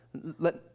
Let